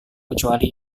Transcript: kecuali